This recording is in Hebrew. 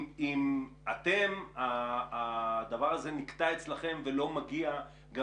אם הדבר הזה נקטע אצלכם ולא מגיע גם